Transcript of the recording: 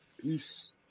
Peace